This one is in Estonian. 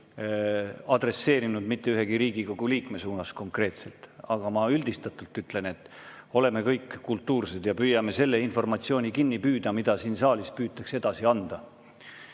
adresseerinud mitte ühegi Riigikogu liikme suunas konkreetselt, aga üldistatult ütlen, et oleme kõik kultuursed ja püüame kinni püüda seda informatsiooni, mida siin saalis püütakse edasi anda.